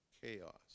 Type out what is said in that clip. chaos